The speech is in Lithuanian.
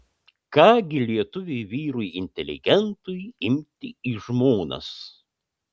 ką gi lietuviui vyrui inteligentui imti į žmonas